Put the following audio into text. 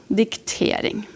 diktering